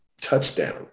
touchdown